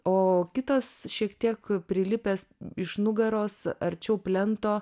o kitas šiek tiek prilipęs iš nugaros arčiau plento